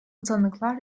tanıklar